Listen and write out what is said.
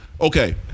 Okay